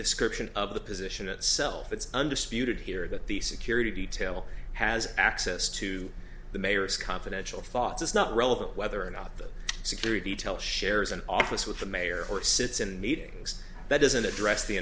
description of the position itself it's undisputed here that the security detail has access to the mayor's confidential thoughts it's not relevant whether or not the security detail shares an office with the mayor or sits in meetings that doesn't address the